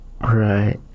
Right